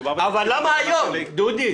אבל למה היום, דודי?